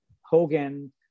Hogan